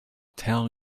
tell